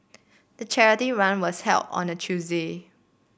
the charity run was held on a Tuesday